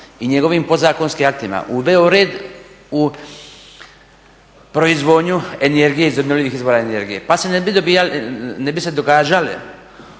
i njegovim podzakonskim aktima uveo red u proizvodnju energije iz obnovljivih izvora energije pa se ne bi se događale